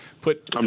put